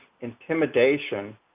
intimidation